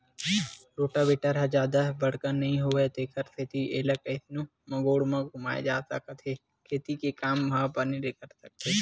rotavator ह जादा बड़का नइ होवय तेखर सेती एला कइसनो मोड़ म घुमाए जा सकत हे खेती के काम ह बने सरकथे